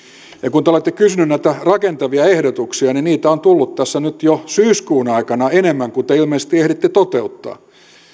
kun te olette kysyneet näitä rakentavia ehdotuksia niitä on tullut tässä nyt jo syyskuun aikana enemmän kuin te ilmeisesti ehditte toteuttaa